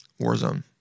Warzone